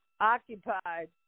occupied